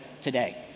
today